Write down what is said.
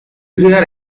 hear